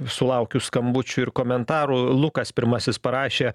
sulaukiu skambučių ir komentarų lukas pirmasis parašė